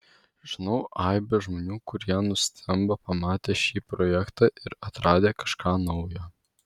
žinau aibę žmonių kurie nustemba pamatę šį projektą ir atradę kažką naujo